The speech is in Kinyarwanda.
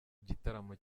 igitaramo